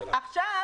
עכשיו,